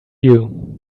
you